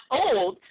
old